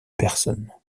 personnes